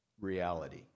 reality